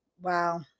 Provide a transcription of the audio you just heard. Wow